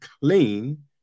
clean